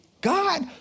God